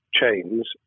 chains